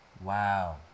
Wow